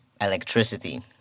electricity